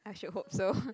I should hope so